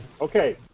Okay